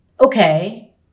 Okay